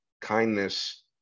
kindness